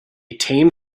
tame